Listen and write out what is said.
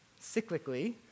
cyclically